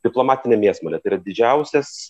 diplomatinė mėsmalė tai yra didžiausias